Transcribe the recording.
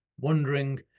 wondering